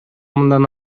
мындан